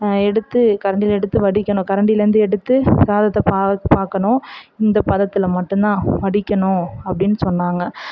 எடுத்து கரண்டியில் எடுத்து வடிக்கணும் கரண்டிலேருந்து எடுத்து சாதத்தை பா பார்க்கணும் இந்த பதத்தில் மட்டும் தான் வடிக்கணும் அப்படினு சொன்னாங்க